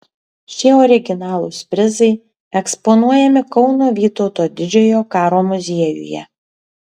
šie originalūs prizai eksponuojami kauno vytauto didžiojo karo muziejuje